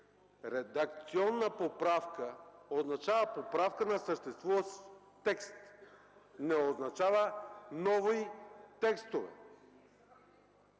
Редакционна поправка означава поправка на съществуващ текст, не означава нови текстове.